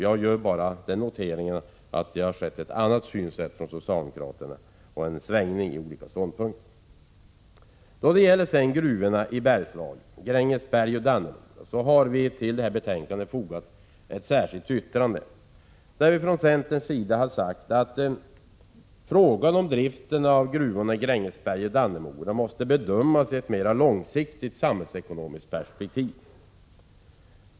Jag gör bara den noteringen att socialdemokraterna nu har ett annat synsätt och att det har skett en ändring i deras ståndpunkter. När det sedan gäller gruvorna i Bergslagen — i Grängesberg och Dannemora — har vi till detta betänkande fogat ett särskilt yttrande, där vi från centern har sagt att frågan om driften av gruvorna i Grängesberg och Dannemora måste bedömas i ett mera långsiktigt samhällsekonomiskt perspektiv.